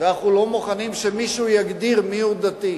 ואנחנו לא מוכנים שמישהו יגדיר מיהו דתי.